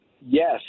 Yes